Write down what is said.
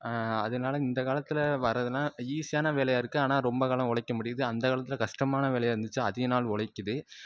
அதனால இந்தக்காலத்தில் வரதுன்னா ஈஸியான வேலையாக இருக்குது ஆனால் ரொம்ப காலம் உழைக்க முடியுது அந்தக்காலத்தில் கஷ்டமான வேலையாக இருந்துச்சு அதிகநாள் உழைக்கிது